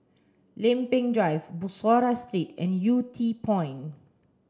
Lempeng Drive Bussorah Street and Yew Tee Point